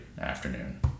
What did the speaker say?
afternoon